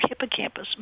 hippocampus